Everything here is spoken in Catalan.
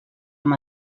amb